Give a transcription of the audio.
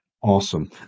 Awesome